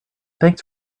thanks